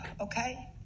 okay